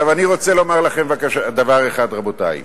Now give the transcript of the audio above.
אני רוצה לומר לכם דבר אחד, רבותי.